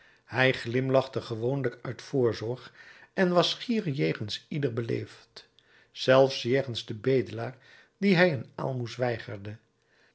hij glimlachte gewoonlijk uit voorzorg en was schier jegens iedereen beleefd zelfs jegens den bedelaar wien hij een aalmoes weigerde